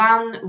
One